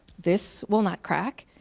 this will not crack.